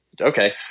okay